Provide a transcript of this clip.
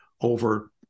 over